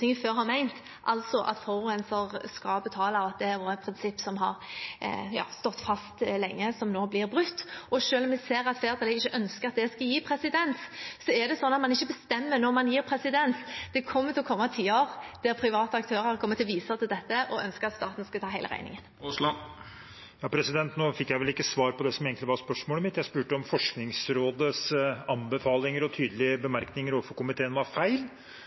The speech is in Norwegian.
før har ment, altså at forurenser skal betale, og at det er et prinsipp som har stått fast lenge, som nå blir brutt. Selv om jeg ser at flertallet ikke ønsker at det skal gi presedens, er det sånn at man ikke bestemmer når man gir presedens. Det kommer til å komme tider der private aktører kommer til å vise til dette og ønske at staten skal ta hele regningen. Nå fikk jeg vel ikke svar på det som egentlig var spørsmålet mitt. Jeg spurte om Forskningsrådets anbefalinger og tydelige bemerkninger overfor komiteen var feil,